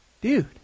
dude